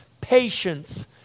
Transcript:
patience